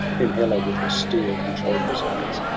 whom hela with austere control presides.